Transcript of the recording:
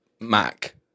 Mac